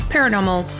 Paranormal